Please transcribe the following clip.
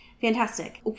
fantastic